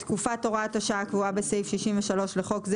את תקופת הוראת השעה הקבועה בסעיף 63 לחוק זה